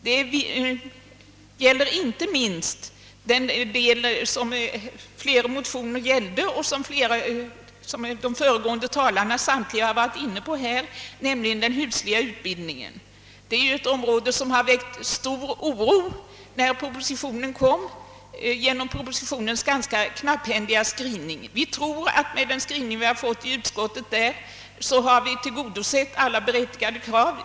Detta gäller inte minst den husligå utbildningen, som flera motioner gällde och som samtliga de föregående talarna har berört. När propositionen lades fram väckte den ganska knapphändiga skrivningen beträffande denna utbildning stor oro. Med den skrivning som utskottet har gjort tror vi att alla berättigade krav har tillgodosetts.